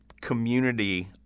community